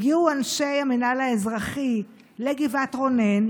הגיעו אנשי המינהל האזרחי לגבעת רונן,